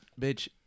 bitch